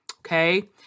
Okay